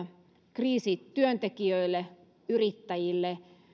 kriisi työntekijöille yrittäjille